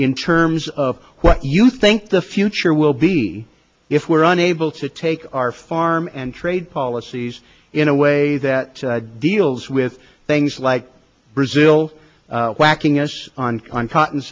in terms of what you think the future will be if we're unable to take our farm and trade policies in a way that deals with things like brazil whacking us on on cotton